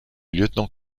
lieutenant